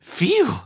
Phew